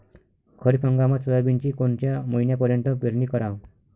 खरीप हंगामात सोयाबीनची कोनच्या महिन्यापर्यंत पेरनी कराव?